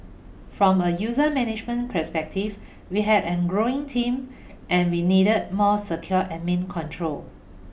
from a user management perspective we had an growing team and we needed more secure Admin Control